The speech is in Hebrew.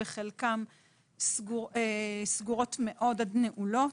בחלקן סגורות מאוד עד נעולות,